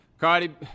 Cardi